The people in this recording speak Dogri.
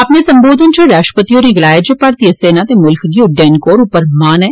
अपने संबोधन इच राष्ट्रपति होरें गलाया जे भारतीय सेना ते मुल्ख गी उड्डयन कोर उप्पर मान ऐ